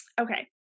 Okay